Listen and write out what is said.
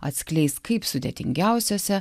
atskleis kaip sudėtingiausiose